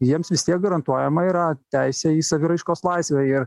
jiems vis tiek garantuojama yra teisė į saviraiškos laisvę ir